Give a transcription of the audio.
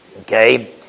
Okay